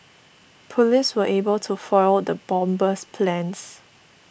police were able to foil the bomber's plans